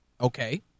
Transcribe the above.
Okay